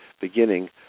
beginning